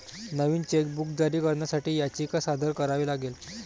नवीन chequebook जारी करण्यासाठी याचिका सादर करावी लागेल